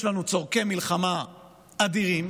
יש לנו צורכי מלחמה אדירים,